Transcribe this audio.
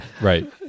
Right